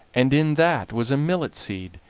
and in that was a millet seed.